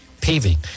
Paving